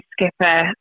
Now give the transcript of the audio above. skipper